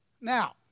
Now